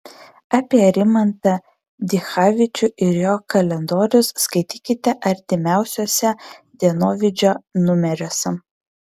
apie rimantą dichavičių ir jo kalendorius skaitykite artimiausiuose dienovidžio numeriuose